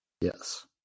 Yes